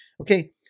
Okay